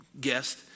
guest